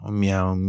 meow